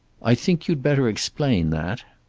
i think you'd better explain that.